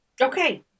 Okay